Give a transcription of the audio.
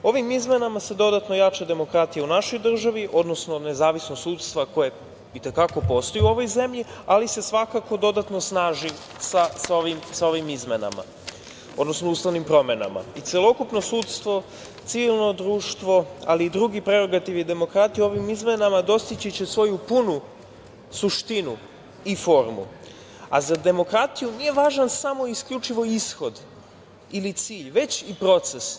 Ovim izmenama se dodatno jača demokratija u našoj državi, odnosno nezavisnost sudstva koje i te kako postoji u ovoj zemlji, ali se svakako dodatno snaži sa ovim izmenama, odnosno ustavnim promenama i celokupno sudstvo, civilno društvo, ali i drugi prerogativi demokratije u ovim izmenama dostići će svoju punu suštinu i formu, a za demokratiju nije važan samo i isključivo ishod ili cilj, već i proces.